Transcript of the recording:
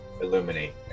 illuminate